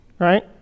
Right